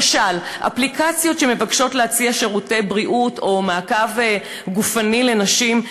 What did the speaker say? למשל אפליקציות שמבקשות להציע שירותי בריאות או מעקב גופני לנשים.